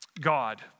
God